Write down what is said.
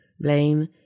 blame